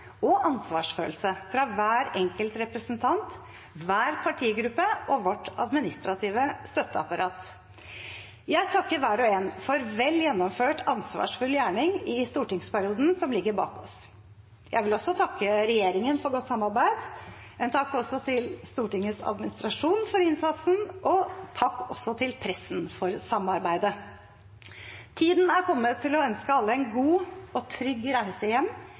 og ansvarsfølelse fra hver enkelt representant, hver partigruppe og vårt administrative støtteapparat. Jeg takker hver og en for vel gjennomført, ansvarsfull gjerning i stortingsperioden som ligger bak oss. Jeg vil også takke regjeringen for godt samarbeid. En takk også til Stortingets administrasjon for innsatsen og til pressen for samarbeidet. Tiden er kommet for å ønske alle en god og trygg reise hjem